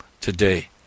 today